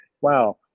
Wow